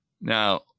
Now